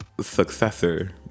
successor